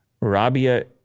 Rabia